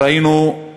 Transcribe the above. ראינו את הליכוד,